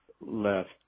left